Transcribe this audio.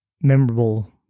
memorable